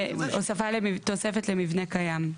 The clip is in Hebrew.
זה תוספת למבנה קיים.,